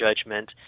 judgment